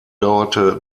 dauerte